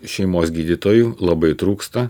šeimos gydytojų labai trūksta